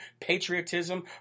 patriotism